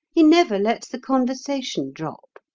he never lets the conversation drop